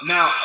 Now